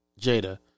Jada